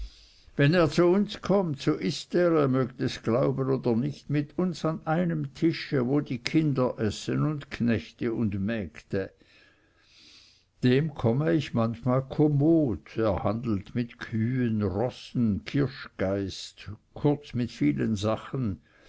wenn er zu uns kommt so ißt er ihr mögt es glauben oder nicht mit uns an einem tische wo die kinder essen und knechte und mägde dem komme ich manchmal kommod er handelt mit kühen rossen kirschgeist kurz mit vielen sachen